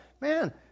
man